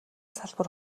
салбар